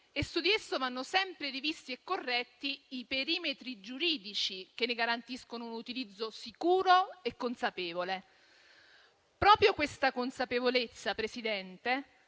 e su di esso vanno sempre rivisti e corretti i perimetri giuridici che ne garantiscono un utilizzo sicuro e consapevole. Proprio questa consapevolezza, signor Presidente,